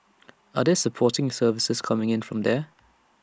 are there supporting services coming in from there